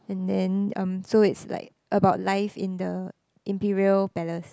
and then um so it's like about life in the imperial palace